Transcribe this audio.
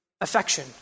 affection